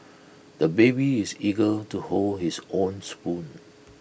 the baby is eager to hold his own spoon